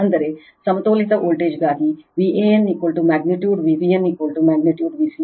ಅಂದರೆ ಸಮತೋಲಿತ ವೋಲ್ಟೇಜ್ಗಾಗಿ Van magnitude Vbn magnitude Vcn